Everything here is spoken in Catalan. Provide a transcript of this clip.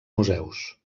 museus